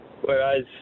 Whereas